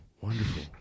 wonderful